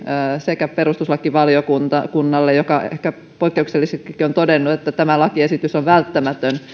sekä perustuslakivaliokunnalle joka ehkä poikkeuksellisestikin on todennut että tämä lakiesitys on välttämätön